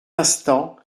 instant